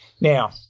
Now